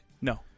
no